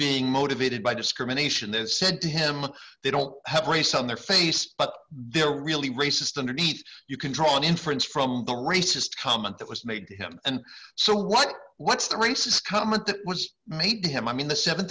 being motivated by discrimination that said to him they don't have race on their face but they're really racist underneath you can draw an inference from the racist comment that was made to him and so like what's the racist comment that was made to him i mean the seven